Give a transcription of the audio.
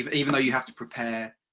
even though you have to prepare,